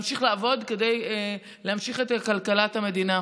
לעבוד, כדי להמשיך את כלכלת המדינה.